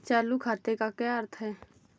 चालू खाते का क्या अर्थ है?